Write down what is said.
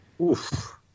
Oof